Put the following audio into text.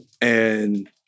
And-